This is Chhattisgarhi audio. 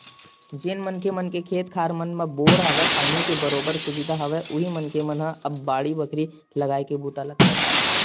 जेन मनखे मन के खेत खार मन म बोर हवय, पानी के बरोबर सुबिधा हवय उही मनखे मन ह अब बाड़ी बखरी लगाए के बूता ल करत हवय